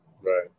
right